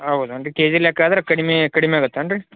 ಹೌದೇನ್ರೀ KG ಲೆಕ್ಕ ಆದ್ರೆ ಕಡಿಮೆ ಕಡಿಮೆ ಆಗುತ್ತೇನ್ರೀ